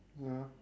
ya